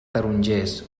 tarongers